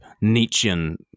Nietzschean